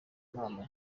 nama